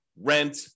rent